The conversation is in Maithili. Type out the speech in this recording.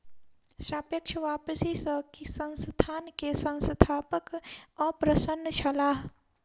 सापेक्ष वापसी सॅ संस्थान के संस्थापक अप्रसन्न छलाह